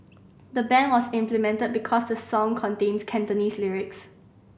the ban was implemented because the song contains Cantonese lyrics